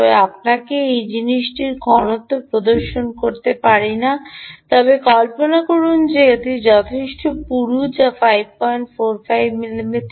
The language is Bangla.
আমি আপনাকে এই জিনিসটিতে ঘনত্ব প্রদর্শন করতে পারি না তবে কল্পনা করুন যে এটি যথেষ্ট পুরু যা 545 মিমি